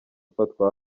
ufatwa